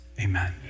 amen